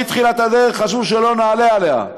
מתחילת הדרך חשבו שלא נעלה עליה.